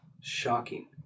Shocking